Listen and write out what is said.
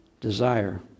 desire